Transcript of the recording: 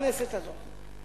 בכנסת הזאת.